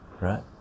right